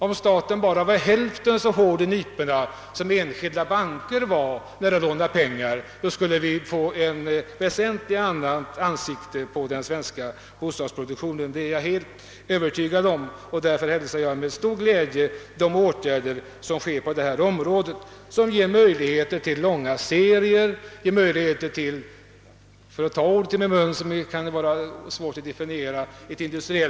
Om staten bara vore hälften så hård i nyporna som enskilda banker när de lånar ut pengar, så skulle den svenska bostadsproduktionen te sig väsentligt annorlunda — det är jag helt övertygad om. Därför hälsar jag de åtgärder som kommer att vidtas på detta område med stor glädje. De ger möjligheter till långa serier och till ett industriellt byggande — om jag nu skall ta detta svårdefinierade ord i min mun.